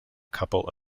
couple